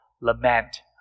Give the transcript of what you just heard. lament